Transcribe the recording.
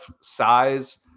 size